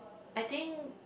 I think